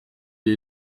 est